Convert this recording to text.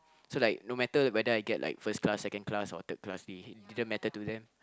so like no matter whether I get like first class second class or third class it didn't matter to them